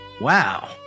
Wow